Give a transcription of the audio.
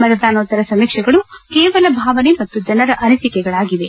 ಮತದಾನೋತ್ತರ ಸಮೀಕ್ಷೆಗಳು ಕೇವಲ ಭಾವನೆ ಮತ್ತು ಜನರ ಅನಿಸಿಕೆಗಳಾಗಿವೆ